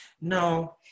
No